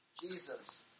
Jesus